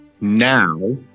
now